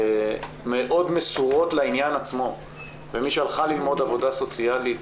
מאוד מסורות לעניין עצמו ומי שהלכה ללמוד עבודה סוציאלית,